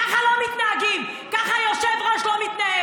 ככה לא מתנהגים, ככה יושב-ראש לא מתנהג.